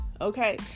Okay